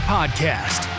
Podcast